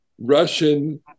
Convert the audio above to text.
Russian